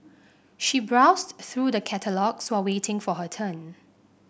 she browsed through the catalogues while waiting for her turn